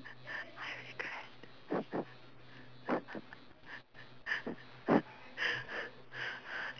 I regret